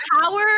power